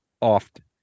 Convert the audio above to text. often